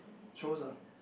shows ah